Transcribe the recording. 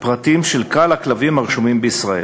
פרטים של כלל הכלבים הרשומים בישראל.